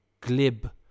glib